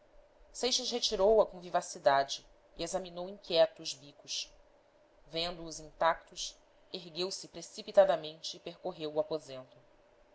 seixas retirou a com vivacidade e examinou inquieto os bicos vendo-os intactos ergueu-se precipitadamente e percorreu o aposento